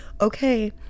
okay